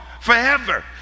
forever